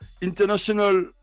international